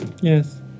Yes